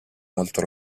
molto